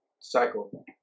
Cycle